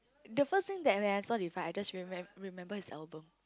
the first thing that when I saw divide I just remem~ remember his album